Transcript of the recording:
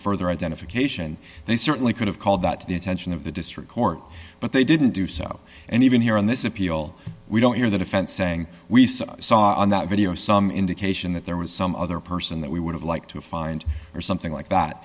further identification they certainly could have called that to the attention of the district court but they didn't do so and even here on this appeal we don't hear the defense saying we saw on that video some indication that there was some other person that we would have liked to find or something like that